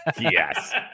Yes